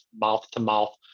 mouth-to-mouth